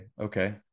okay